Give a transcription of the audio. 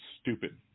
stupid